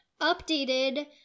updated